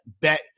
bet